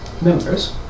members